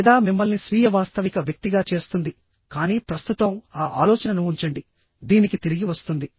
లేదా మిమ్మల్ని స్వీయ వాస్తవిక వ్యక్తిగా చేస్తుంది కానీ ప్రస్తుతం ఆ ఆలోచనను ఉంచండి దీనికి తిరిగి వస్తుంది